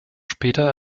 später